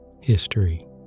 History